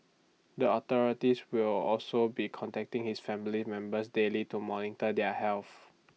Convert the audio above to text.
the authorities will also be contacting his family members daily to monitor their health